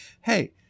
hey